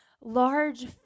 large